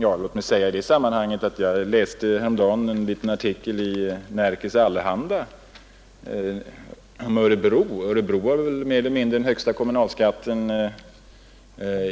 Låt mig i det sammanhanget nämna att jag häromdagen läste en liten artikel i Nerikes Allehanda om Örebro, som troligen har en av de högsta kommunalskatterna